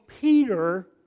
Peter